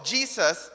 Jesus